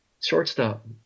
Shortstop